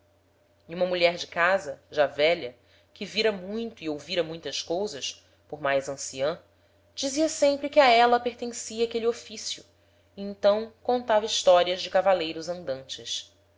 e uma mulher de casa já velha que vira muito e ouvira muitas cousas por mais ancian dizia sempre que a éla pertencia aquele oficio e então contava historias de cavaleiros andantes